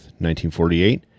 1948